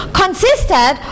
consisted